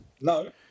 No